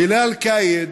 בילאל קאיד